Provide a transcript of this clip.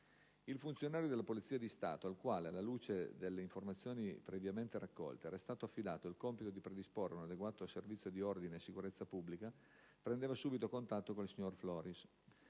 Il funzionario della Polizia di Stato al quale, alla luce delle informazioni previamente raccolte, era stato affidato il compito di predisporre un adeguato servizio di ordine e sicurezza pubblica, prendeva subito contatto con il signor Floris.